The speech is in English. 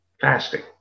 Fasting